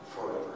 forever